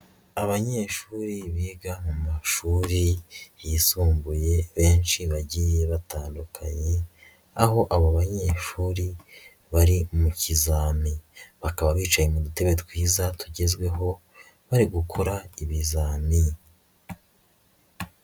Abanyeshuri biga mu mashuri yisumbuye benshi bagiye batandukanye, aho abo banyeshuri bari mu kizami. Bakaba bicaye mu dutebe twiza tugezweho, bari gukora ibizami.